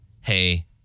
hey